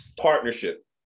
Partnership